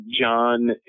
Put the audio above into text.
John